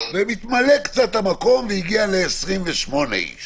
ומתמלא קצת המקום והגיע ל-28 איש